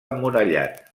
emmurallat